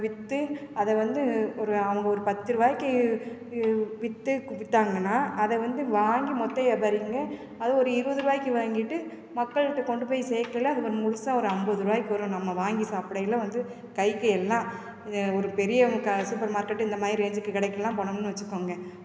விற்று அதை வந்து ஒரு அவங்க ஒரு பத்து ருபாய்க்கி விற்று விற்றாங்கன்னா அதை வந்து வாங்கி மொத்த வியாபாரிங்க அதை ஒரு இருபது ருபாய்க்கி வாங்கிட்டு மக்கள்கிட்ட கொண்டு போய் சேர்க்கையில் அது முழுசாக ஒரு ஐம்பது ருபாய்க்கு வரும் நம்ம வாங்கி சாப்பிடையில் வந்து கைக்கு எல்லாம் ஒரு பெரிய க சூப்பர் மார்க்கெட்டு இந்த மாதிரி ரேஞ்சுக்கு கடைக்குலாம் போனோம்னு வச்சுக்கோங்க